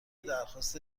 درخواست